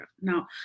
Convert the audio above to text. now